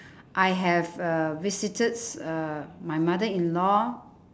I have uh visited uh my mother-in-law